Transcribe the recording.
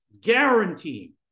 guaranteeing